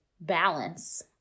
balance